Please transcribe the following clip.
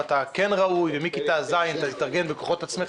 שעד כיתה ו' הוא כן ראוי ומכיתה ז' עליו להתארגן בכוחות עצמו